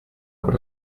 would